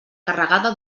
carregada